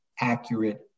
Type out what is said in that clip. accurate